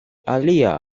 alia